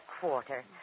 quarter